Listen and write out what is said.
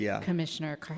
Commissioner